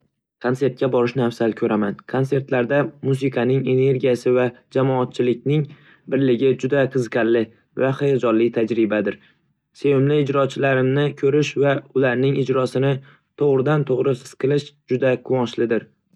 Konsertga borishni afzal ko'raman. Konsertlarda musiqaning energiyasi va jamoatchilikning birligi juda qiziqarli va hayajonli tajribadir. Sevimli ijrochilarimni ko'rish va ularning ijrosini to'g'ridan-to'g'ri his qilish juda quvonchlidir.